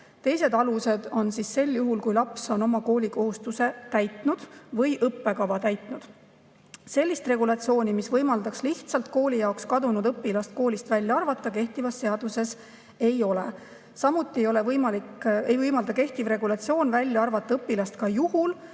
Teised alused on, et sel juhul, kui laps on oma koolikohustuse täitnud või õppekava täitnud. Sellist regulatsiooni, mis võimaldaks lihtsalt kooli jaoks kadunud õpilast koolist välja arvata, kehtivas seaduses ei ole. Samuti ei võimalda kehtiv regulatsioon välja arvata õpilast juhul,